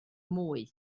mwy